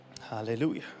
Hallelujah